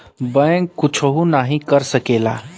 bank कुच्छो नाही कर सकेला